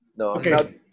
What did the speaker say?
Okay